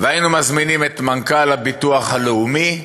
והיינו מזמינים את מנכ"ל הביטוח הלאומי,